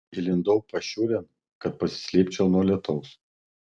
įlindau pašiūrėn kad pasislėpčiau nuo lietaus